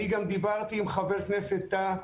אני דיברתי עם חבר הכנסת טאהא,